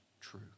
true